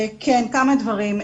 כמה דברים.